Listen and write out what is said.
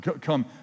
Come